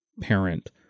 parent